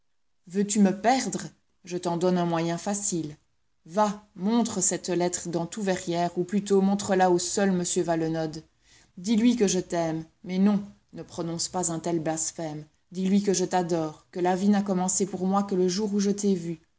me perdre je t'en donne un moyen facile va montre cette lettre dans tout verrières ou plutôt montre la au seul m valenod dis-lui que je t'aime mais non ne prononce pas un tel blasphème dis-lui que je t'adore que la vie n'a commencé pour moi que le jour où je t'ai vu